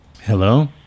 Hello